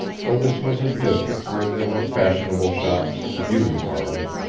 for this was a district where there were fashionable shops and beauty parlors,